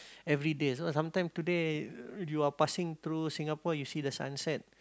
every day so some time today you are passing through Singapore you see the sunset